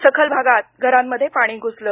सखल भागात घरांमध्ये पाणी घुसलं